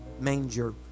manger